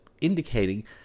indicating